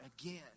again